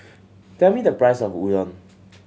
tell me the price of Udon